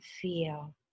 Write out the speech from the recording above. feel